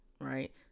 right